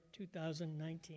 2019